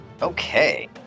Okay